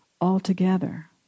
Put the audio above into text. altogether